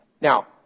Now